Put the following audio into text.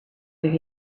where